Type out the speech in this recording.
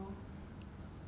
it's still a win